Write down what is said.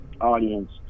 audience